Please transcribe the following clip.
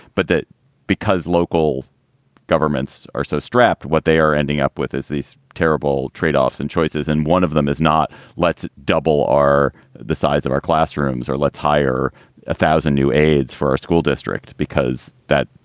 but that because local governments are so strapped, what they are ending up with is these terrible tradeoffs and choices. and one of them is not let's double are the size of our classrooms or let's hire a thousand new aides for our school district, because that